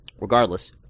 regardless